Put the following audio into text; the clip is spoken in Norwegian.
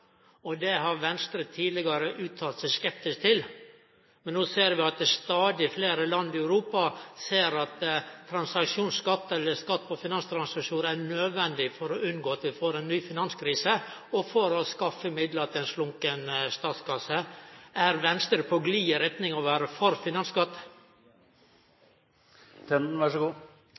finanstransaksjonar. Det har Venstre tidlegare uttalt seg skeptisk til, men no ser vi at stadig fleire land i Europa ser at transaksjonsskatt, eller skatt på finanstransaksjonar, er nødvendig for å unngå at vi får ei ny finanskrise, og for å skaffe midlar til ein slunken statskasse. Er Venstre på glid i retning av å vere for